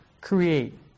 create